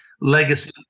legacy